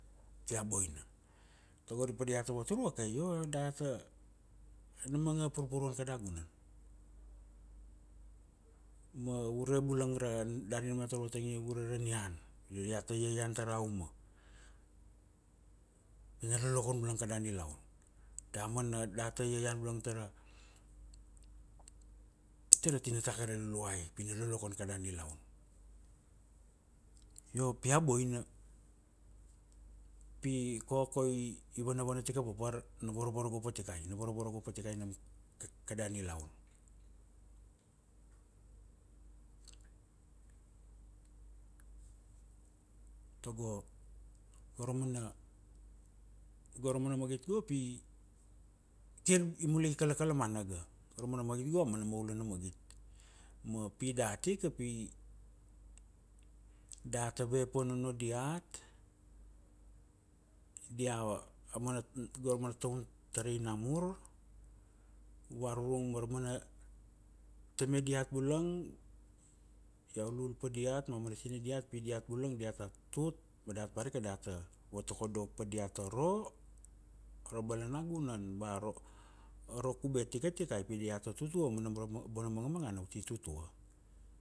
tia boina. Tago ari pa diata vatur vake, io data, na manga purpuruan kada gunan. Ma ure bulang ra, dari na iau tar vatang ia ure ra nian. Io iat iaian tara uma. Na lolkon bulang kada nilaun. Damana data iaian bulang tara, tara tinata kai ra luluai. Pina lolokon kada nilaun. Io pi a boina, pi koko i, ivanavana tikana papar, na varavaragop vatikai. Na varavaragop vatikai nam, kada nilaun. Tago, goramana, go ra mana magit go pi, kir mule i kalakalamanaga. Go ra mana magit go aumana maulana magit. Ma pi dat ika pi, data ve pa nono diat, dia, gora mana taun, tarai namur, varurung mara mana tamai diat bulang, iau lul pa diat, ma umana tinai diat bulang diata tut ma dat parika data vatokodo pa diat aro, ra balanagunan ba aro kube tikatikai pi diata tutua manam ra bona mangamangana uti tutua.